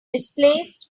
displaced